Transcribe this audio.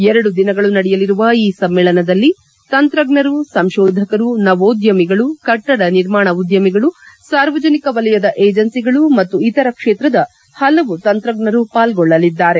ಎರಡು ದಿನಗಳು ನಡೆಯಲಿರುವ ಈ ಸಮ್ಮೇಳನದಲ್ಲಿ ತಂತ್ರಜ್ಞರು ಸಂಶೋಧಕರು ನವೊದ್ಯಮಿಗಳು ಕಟ್ಟಡ ನಿರ್ಮಾಣ ಉದ್ಯಮಿಗಳು ಸಾರ್ವಜನಿಕ ವಲಯದ ಏಜೆನ್ಸಿಗಳು ಮತ್ತು ಇತರ ಕ್ಷೇತ್ರದ ಪಲವು ತಂತ್ರಜ್ಞರು ಪಾಲ್ಗೊಳ್ಳಲಿದ್ದಾರೆ